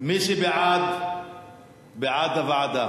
ועדת